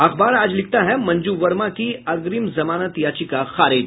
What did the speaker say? अखबार आज लिखता है मंजू वर्मा की अग्रिम जमानत याचिका खारिज